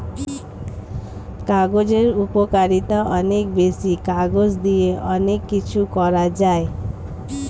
কাগজের উপকারিতা অনেক বেশি, কাগজ দিয়ে অনেক কিছু করা যায়